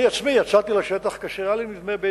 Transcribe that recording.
אני עצמי יצאתי לשטח כאשר היה נדמה לי